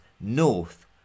north